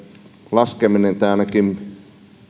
laskeminen tai ainakin